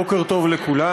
בוקר טוב לכולם,